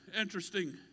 interesting